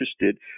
interested